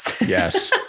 Yes